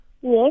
Yes